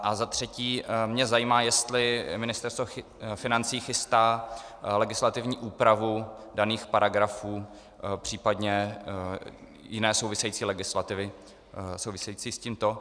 A za třetí mě zajímá, jestli Ministerstvo financí chystá legislativní úpravu daných paragrafů, případně jiné související legislativy související s tímto.